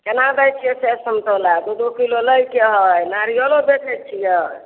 केना दै छियै सेब सन्तोला दू दू किलो लै के हय नारिअलो बेचैत छियै